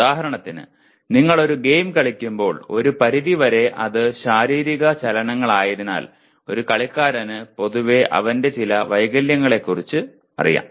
ഉദാഹരണത്തിന് നിങ്ങൾ ഒരു ഗെയിം കളിക്കുമ്പോൾ ഒരു പരിധി വരെ അത് ശാരീരിക ചലനങ്ങളായതിനാൽ ഒരു കളിക്കാരന് പൊതുവെ അവന്റെ ചില വൈകല്യങ്ങളെക്കുറിച്ച് അറിയാം